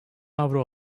avro